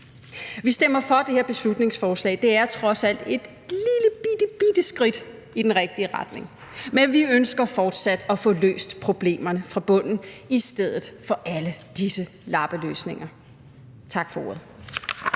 Vi stemmer for det her beslutningsforslag; det er trods alt et lillebittebitte skridt i den rigtige retning. Men vi ønsker fortsat at få løst problemerne fra bunden i stedet for alle disse lappeløsninger. Tak for ordet.